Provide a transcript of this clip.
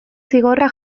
zigorra